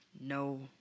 No